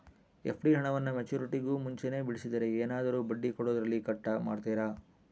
FD ಹಣವನ್ನು ಮೆಚ್ಯೂರಿಟಿಗೂ ಮುಂಚೆನೇ ಬಿಡಿಸಿದರೆ ಏನಾದರೂ ಬಡ್ಡಿ ಕೊಡೋದರಲ್ಲಿ ಕಟ್ ಮಾಡ್ತೇರಾ?